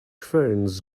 ferns